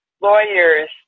lawyers